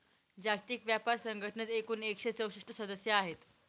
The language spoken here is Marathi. जागतिक व्यापार संघटनेत एकूण एकशे चौसष्ट सदस्य आहेत